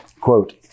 Quote